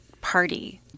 party